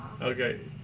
Okay